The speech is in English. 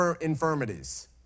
infirmities